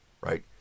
right